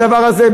הדבר הזה,